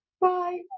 Bye